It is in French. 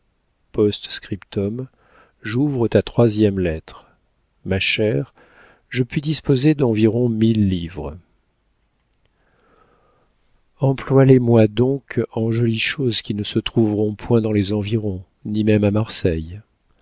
p s j'ouvre ta troisième lettre ma chère je puis disposer d'environ mille livres emploie les moi donc en jolies choses qui ne se trouveront point dans les environs ni même à marseille